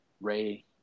Ray